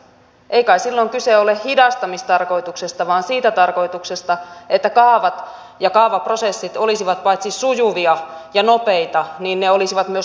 ei kai silloin kyse ole hidastamistarkoituksesta vaan siitä tarkoituksesta että kaavat ja kaavaprosessit olisivat paitsi sujuvia ja nopeita myös lainmukaisia